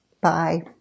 Bye